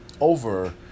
over